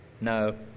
No